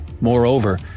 Moreover